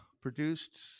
produced